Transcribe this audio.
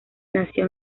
nació